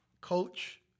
Coach